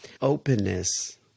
Openness